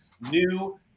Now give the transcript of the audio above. new